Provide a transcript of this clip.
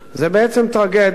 זו בעצם טרגדיה.